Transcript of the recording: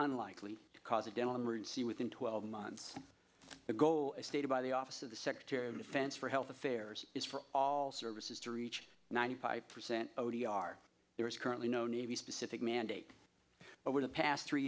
unlikely to cause a dental emergency within twelve months the goal as stated by the office of the secretary of defense for health affairs is for all services to reach ninety five percent o t r there is currently no navy specific mandate but the past three